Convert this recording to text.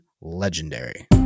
legendary